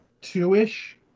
two-ish